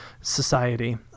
society